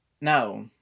no